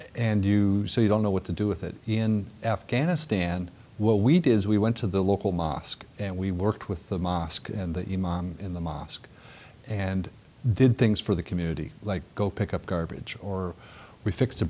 and you say you don't know what to do with it in afghanistan what we did is we went to the local mosque and we worked with the mosque in the in the mosque and did things for the community like go pick up garbage or we fix